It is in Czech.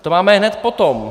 To máme hned potom.